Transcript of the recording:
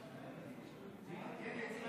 חבר הכנסת